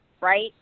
right